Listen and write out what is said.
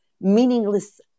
meaningless